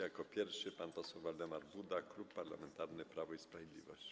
Jako pierwszy pan poseł Waldemar Buda, Klub Parlamentarny Prawo i Sprawiedliwość.